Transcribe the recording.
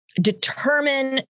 determine